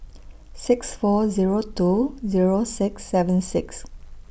six four Zero two Zero six seven six